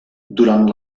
durant